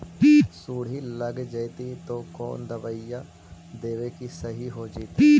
सुंडी लग जितै त कोन दबाइ देबै कि सही हो जितै?